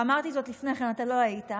ואמרתי זאת לפני כן, אתה לא היית.